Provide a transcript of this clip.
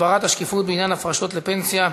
הגברת השקיפות בעניין הפרשות לפנסיה),